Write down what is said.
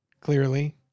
Clearly